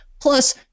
Plus